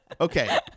Okay